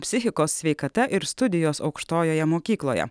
psichikos sveikata ir studijos aukštojoje mokykloje